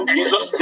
Jesus